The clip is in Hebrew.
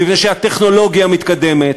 מפני שהטכנולוגיה מתקדמת,